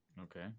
Okay